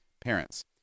parents